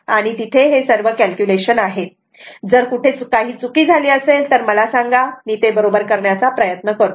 आणि तिथे हे सर्व कॅल्क्युलेशन आहेत जर कुठे काही चुकी झाली असेल तर मला सांगा मी ते बरोबर करण्याचा प्रयत्न करतो